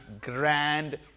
grand